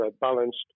balanced